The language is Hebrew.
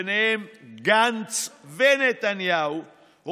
ביניהם גנץ ונתניהו,